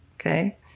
okay